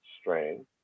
strain